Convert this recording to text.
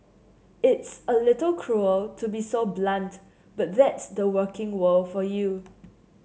it's a little cruel to be so blunt but that's the working world for you